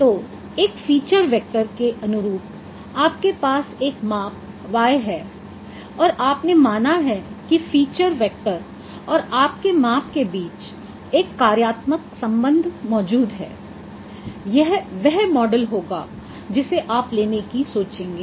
तो एक feature vector के अनुरूप आपके पास एक माप y है और आपने माना है कि फीचर वैक्टर और आपके माप के बीच एक कार्यात्मक संबंध मौजूद है यह वह मॉडल होगा जिसे आप लेने की सोचेंगे